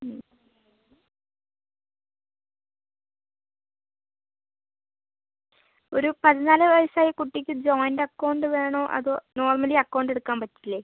ഒരു പതിനാല് വയസ്സായ കുട്ടിക്ക് ജോയിന്റ് അക്കൌണ്ട് വേണോ അതോ നോർമലി അക്കൌണ്ട് എടുക്കാൻ പറ്റില്ലേ